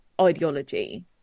ideology